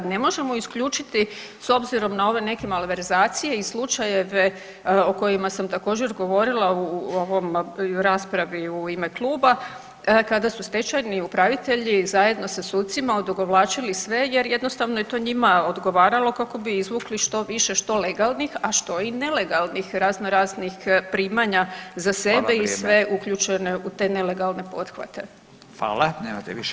Ne možemo isključiti s obzirom na ove neke malverzacije i slučajeve o kojima sam također govorila o ovom i u raspravi u ime kluba kada su stečajni upravitelji zajedno sa sucima odugovlačili sve jer jednostavno je to njima odgovaralo kako bi izvukli što više što legalnih, a što i nelegalnih razno raznih primanja za sebe i sve uključene u te nelegalne pothvate.